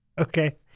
Okay